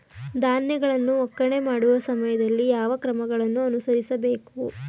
ಧಾನ್ಯಗಳನ್ನು ಒಕ್ಕಣೆ ಮಾಡುವ ಸಮಯದಲ್ಲಿ ಯಾವ ಕ್ರಮಗಳನ್ನು ಅನುಸರಿಸಬೇಕು?